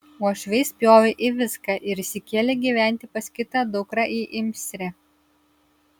uošviai spjovė į viską ir išsikėlė gyventi pas kitą dukrą į imsrę